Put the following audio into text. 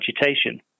agitation